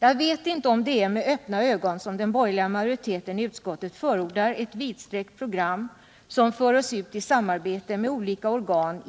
Jag vet inte om det är med öppna ögon som den borgerliga majoriteten i utskottet förordar ett vidsträckt program som för oss ut i samarbete med olika organ